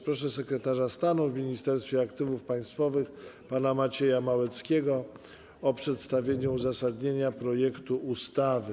Proszę sekretarza stanu w Ministerstwie Aktywów Państwowych pana Macieja Małeckiego o przedstawienie uzasadnienia projektu ustawy.